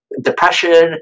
depression